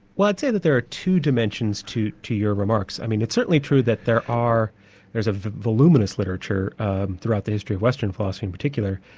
well i'd say that there are two dimensions to your remarks. i mean it's certainly true that there are there's a voluminous literature throughout the history of western philosophy in particular,